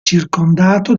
circondato